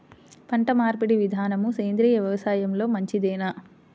పంటమార్పిడి విధానము సేంద్రియ వ్యవసాయంలో మంచిదేనా?